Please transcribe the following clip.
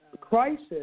crisis